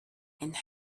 and